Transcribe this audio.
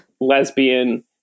lesbian